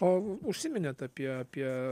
o užsiminėt apie apie